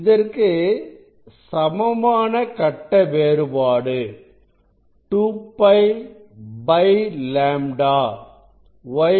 இதற்கு சமமான கட்ட வேறுபாடு 2 π λ y